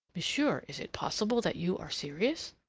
monsieur, is it possible that you are serious?